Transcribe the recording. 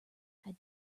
had